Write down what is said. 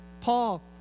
Paul